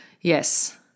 Yes